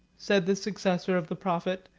said the successor of the prophet,